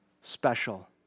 special